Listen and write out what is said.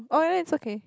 oh then it's okay